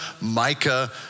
Micah